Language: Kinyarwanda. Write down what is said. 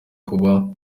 kuba